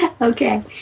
Okay